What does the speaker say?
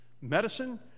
medicine